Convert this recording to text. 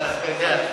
אבל אתה יודע,